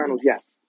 yes